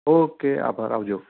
okay આભાર આવજો